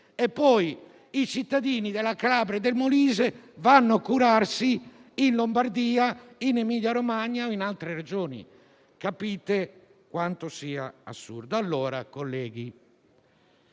e poi i cittadini di quelle Regioni vanno a curarsi in Lombardia, in Emilia-Romagna o in altre Regioni. Capite quanto sia assurdo.